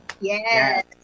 Yes